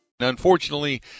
Unfortunately